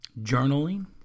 Journaling